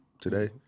today